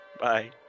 bye